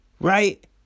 Right